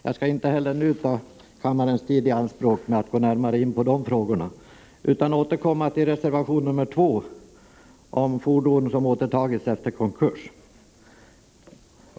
Jag skall inte heller nu ta kammarens tid i anspråk med att gå in på de här frågorna, utan återkommer till reservation 2 om fordon som återtagits efter konkurs.